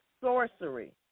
sorcery